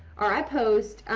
or i post